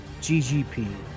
GGP